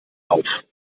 auf